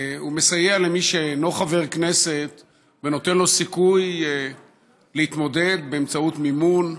הוא מסייע למי שאינו חבר כנסת ונותן לו סיכוי להתמודד באמצעות מימון.